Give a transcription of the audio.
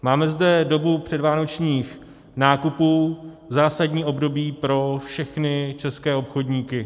Máme zde dobu předvánočních nákupů, zásadní období pro všechny české obchodníky.